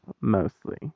mostly